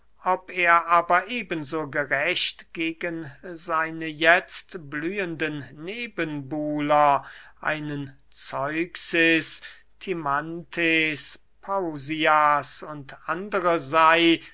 ob er aber eben so gerecht gegen seine jetzt blühenden nebenbuhler einen zeuxis timanthes pausias u a sey